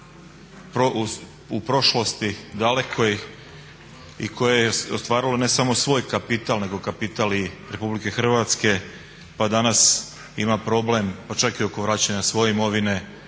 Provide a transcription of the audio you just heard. u prošlosti dalekoj i koje je ostvarilo ne samo svoj kapital, nego kapital i Republike Hrvatske, pa danas ima problem pa čak i oko vraćanja svoje imovine,